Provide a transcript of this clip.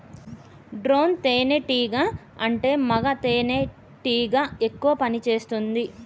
drone తేనే టీగా అంటే మగ తెనెటీగ ఎక్కువ పని చేస్తుంది